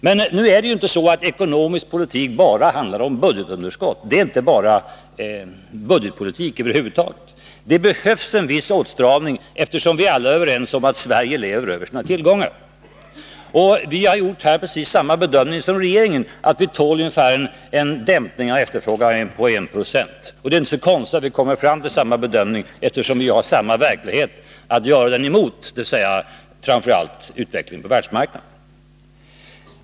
Men ekonomisk politik handlar inte bara om budgetunderskott. Det är över huvud taget inte bara fråga om budgetpolitik. Det behövs en viss åtstramning, eftersom Sverige lever över sina tillgångar — något som vi alla är överens om. Vi har gjort precis samma bedömning som regeringen, nämligen att vi tål en dämpning av efterfrågan på ungefär 1 20. Det är inte så konstigt att vi kommer fram till samma bedömning, eftersom vi har samma verklighet att göra bedömningen mot — dvs. framför allt utvecklingen på världsmarknaden.